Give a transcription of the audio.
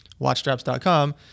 watchstraps.com